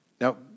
Now